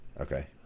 Okay